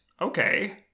okay